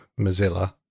Mozilla